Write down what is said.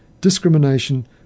discrimination